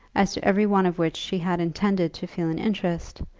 as to every one of which she had intended to feel an interest,